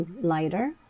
lighter